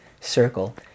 circle